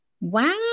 wow